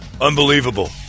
unbelievable